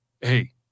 hey